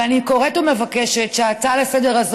ואני קוראת ומבקשת שההצעה לסדר-היום